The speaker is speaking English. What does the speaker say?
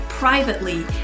Privately